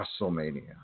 WrestleMania